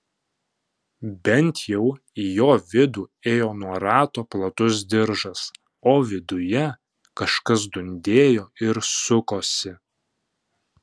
bent jau į jo vidų ėjo nuo rato platus diržas o viduje kažkas dundėjo ir sukosi